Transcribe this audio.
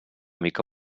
mica